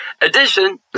edition